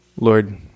Lord